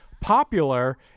popular